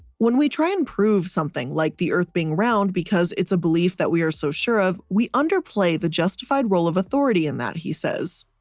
when we try and prove something like the earth being round because it's a belief that we are so sure of, we underplay the justified role of authority in that, he says.